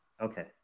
Okay